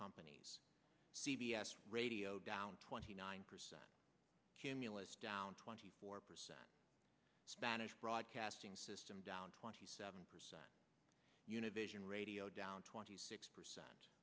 companies c b s radio down twenty nine percent cumulus down twenty four percent spanish broadcasting system down twenty seven percent univision radio down twenty six percent